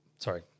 Sorry